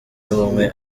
y’ubumwe